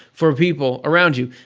for people around you.